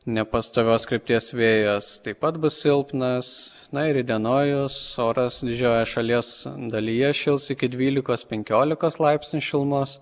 nepastovios krypties vėjas taip pat bus silpnas na ir įdienojus oras didžiojoje šalies dalyje šils iki dvylikos penkiolikos laipsnių šilumos